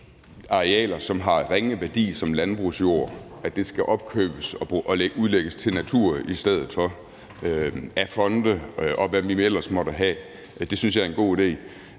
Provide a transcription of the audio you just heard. arealer, som har ringe værdi som landbrugsjord, og udlægge den til natur i stedet for – af fonde, og hvad vi ellers måtte have. Det synes jeg er en god idé.